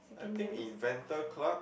I think inventor club